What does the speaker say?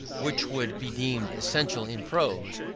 which would be deemed essential in prose,